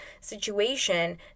situation